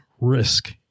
risk